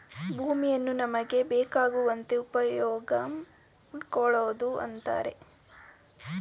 ಭೂಮಿಯನ್ನು ನಮಗೆ ಬೇಕಾಗುವಂತೆ ಉಪ್ಯೋಗಮಾಡ್ಕೊಳೋದು ಅಂತರೆ